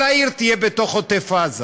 כל העיר תהיה בתוך עוטף עזה.